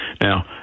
Now